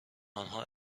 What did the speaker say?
آنها